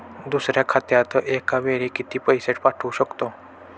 दुसऱ्या खात्यात एका वेळी किती पैसे पाठवू शकतो?